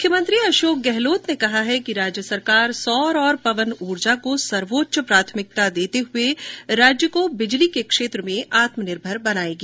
मुख्यमंत्री अशोक गहलोत ने कहा है कि राज्य सरकार सौर और पवन ऊर्जा को सर्वोच्च प्राथमिकता देते हुये राज्य को बिजली के क्षेत्र में आत्म निर्भर बनायेगी